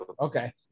okay